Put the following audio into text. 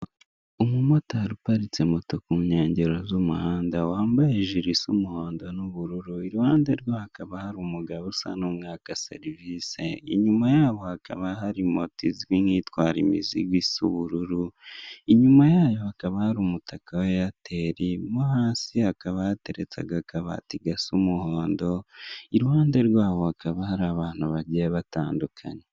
Umumotari uparitse moto ku nkengero z'umuhanda, wambaye ijiri isa umuhondo n'ubururu, iruhande rwe hakaba hari umugabo usa n'umwaka, serivise inyuma yaho hakaba hari mota izwi nk'itwara imizigo isa ubururu inyuma yayo hakaba hari umutaka wa eyateri, mo hasi hakaba hateretse akabati i gasa umuhondo iruhande rwaho hakaba hari abantu bagiye batandukanye.